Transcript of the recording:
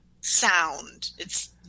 sound—it's